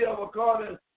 according